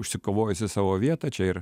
užsikovojusi savo vietą čia ir